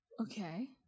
Okay